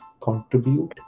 contribute